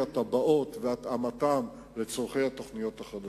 התב"עות והתאמתן לצורכי התוכניות החדשות.